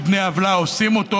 שבני עוולה עושים אותה,